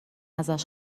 ازش